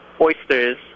oysters